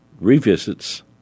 revisits